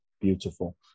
beautiful